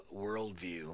worldview